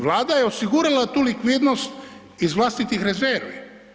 Vlada je osigurala tu likvidnost iz vlastitih rezervi.